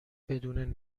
بدون